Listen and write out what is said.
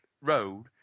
road